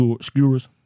skewers